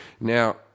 Now